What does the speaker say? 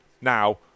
now